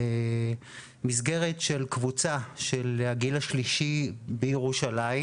במסגרת של קבוצה של הגיל השלישי בירושלים,